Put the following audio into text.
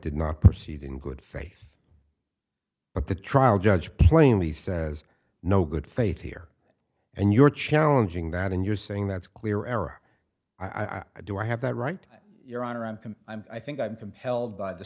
did not proceed in good faith but the trial judge plainly says no good faith here and you're challenging that and you're saying that's clear error i do i have that right your honor and can i think i'm compelled by the